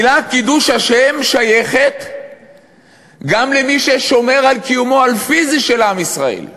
המילה "קידוש השם" שייכת גם למי ששומר על קיומו הפיזי של עם ישראל.